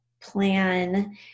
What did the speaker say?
plan